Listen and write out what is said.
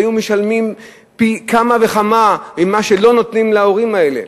היו משלמים פי כמה וכמה ממה שלא נותנים להורים האלה.